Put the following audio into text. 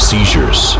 Seizures